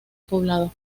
poblado